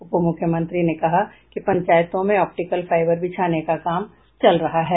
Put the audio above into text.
उपमुख्यमंत्री ने कहा कि पंचायतों में ऑप्टिकल फाइबर बिछाने का काम चल रहा है